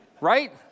right